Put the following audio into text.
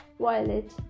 Violet